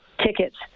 tickets